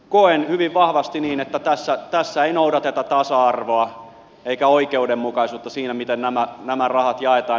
koen hyvin vahvasti niin että tässä ei noudateta tasa arvoa eikä oikeudenmukaisuutta siinä miten nämä rahat jaetaan